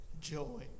Joy